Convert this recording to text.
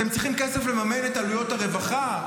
אתם צריכים כסף לממן את עלויות הרווחה?